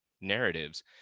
narratives